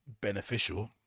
beneficial